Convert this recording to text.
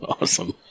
awesome